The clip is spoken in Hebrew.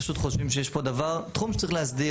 פשוט חושבים שיש פה דבר, תחום שצריך להסדיר.